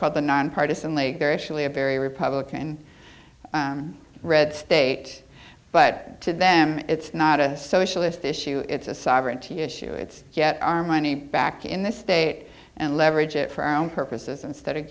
called the nonpartisan league very surely a very republican red state but to them it's not a socialist issue it's a sovereignty issue it's get our money back in this state and leverage it for our own purposes instead of